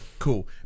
cool